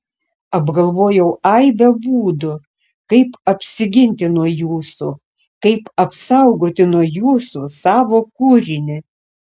apgalvojau aibę būdų kaip apsiginti nuo jūsų kaip apsaugoti nuo jūsų savo kūrinį